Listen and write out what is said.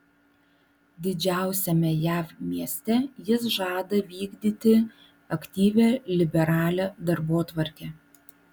didžiausiame jav mieste jis žada vykdyti aktyvią liberalią darbotvarkę